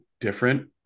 different